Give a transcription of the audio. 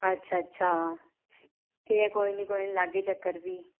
अच्छा अच्छा ते कोई निं कोई निं लागे चक्कर फ्ही